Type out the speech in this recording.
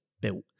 built